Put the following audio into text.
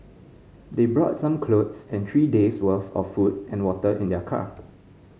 they brought some clothes and three days worth of food and water in their car